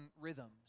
rhythms